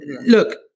look